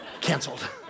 Canceled